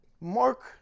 Mark